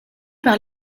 par